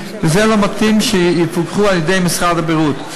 ולא מתאים שהן יפוקחו על-ידי משרד הבריאות.